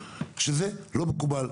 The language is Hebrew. שזה לא מקובל,